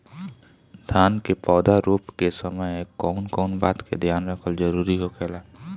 धान के पौधा रोप के समय कउन कउन बात के ध्यान रखल जरूरी होला?